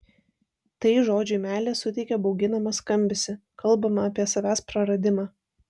tai žodžiui meilė suteikia bauginamą skambesį kalbama apie savęs praradimą